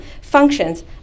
functions